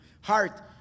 heart